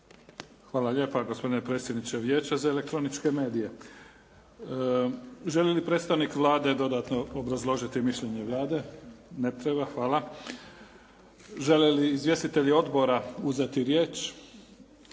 Hvala lijepa gospodine predsjedniče Vijeća za elektroničke medije. Želi li predstavnik Vlade dodatno obrazložiti mišljenje Vlade? Ne treba. Hvala. Žele li izvjestitelji odbora uzeti riječ?